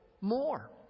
more